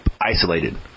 isolated